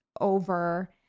over